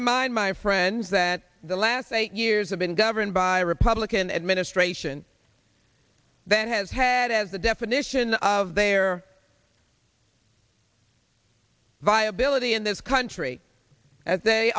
remind my friends that the last eight years have been governed by a republican administration that has had as the definition of their viability in this country as they